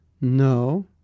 No